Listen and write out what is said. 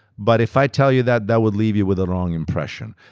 but if i tell you that, that would leave you with a wrong impression.